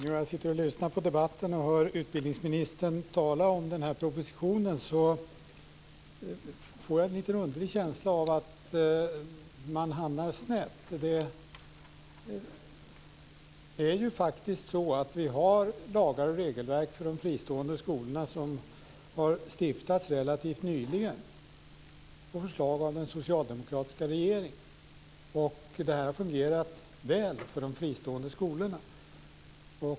Fru talman! Då jag lyssnar på debatten och hör utbildningsministern tala om propositionen får jag en lite underlig känsla av att man hamnar snett. Vi har ju lagar och regelverk för de fristående skolorna som har stiftats relativt nyligen på förslag av den socialdemokratiska regeringen, och de har fungerat väl för de fristående skolorna.